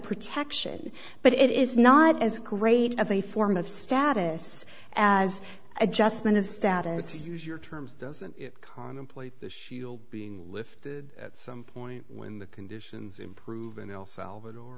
protection but it is not as great of a form of status as adjustment of status as your terms doesn't contemplate the shield being lifted at some point when the conditions improve in el salvador